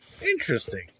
interesting